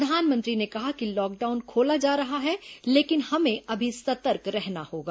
प्रधानमंत्री ने कहा कि लॉकडाउन खोला जा रहा है लेकिन हमें अभी सतर्क रहना होगा